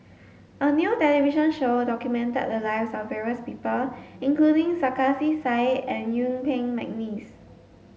a new television show documented the lives of various people including Sarkasi Said and Yuen Peng McNeice